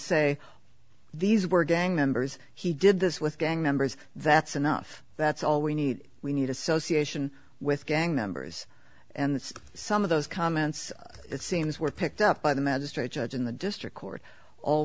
say these were gang members he did this with gang members that's enough that's all we need we need association with gang members and some of those comments it seems were picked up by the magistrate judge in the district court all